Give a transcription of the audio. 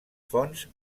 fonts